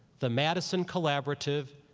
the madison collaborative,